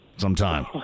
sometime